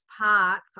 parts